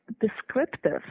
descriptive